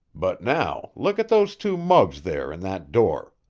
but, now, look at those two mugs there in that door.